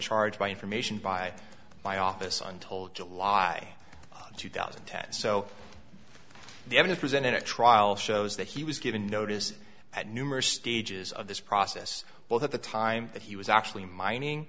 charged by information by my office on told july two thousand and ten so the evidence presented at trial shows that he was given notice at numerous stages of this process both at the time that he was actually mining